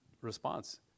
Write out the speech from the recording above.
response